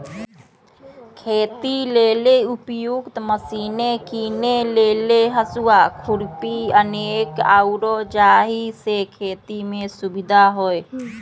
खेती लेल उपयुक्त मशिने कीने लेल हसुआ, खुरपी अनेक आउरो जाहि से खेति में सुविधा होय